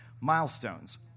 milestones